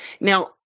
Now